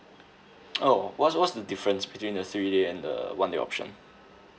oh what's what's the difference between the three day and the one day option